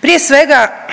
Prije svega,